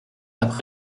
après